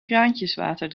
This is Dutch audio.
kraantjeswater